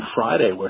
Friday